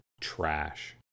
trash